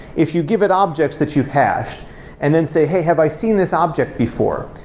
if you give it objects that you've hashed and then say, hey, have i seen this object before?